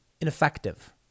ineffective